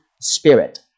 Spirit